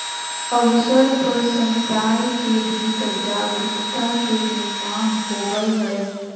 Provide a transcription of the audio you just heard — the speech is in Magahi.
अवसर पर समुदाय के भीतर जागरूकता के निर्माण होबय हइ